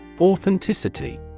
Authenticity